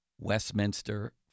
Westminster